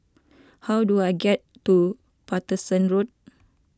how do I get to Paterson Road